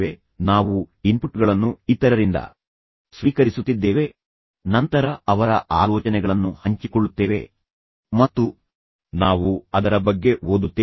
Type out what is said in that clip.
ಕೇಳುವುದು ನಾವು ಇತರರಿಂದ ಕೇಳುತ್ತೇವೆ ಓದುತ್ತೇವೆ ನಾವು ಜೀವನವನ್ನು ಅನುಭವಿಸಿದ ಯಾರೊಬ್ಬರಿಂದ ಓದುತ್ತೇವೆ ಮತ್ತು ನಂತರ ಅವರ ಆಲೋಚನೆಗಳನ್ನು ಹಂಚಿಕೊಳ್ಳುತ್ತೇವೆ ಮತ್ತು ನಂತರ ನಾವು ಅದರ ಬಗ್ಗೆ ಓದುತ್ತೇವೆ